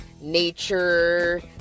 Nature